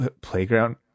Playground